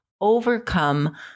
overcome